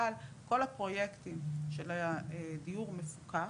אבל כל הפרויקטים של דיור מפוקח,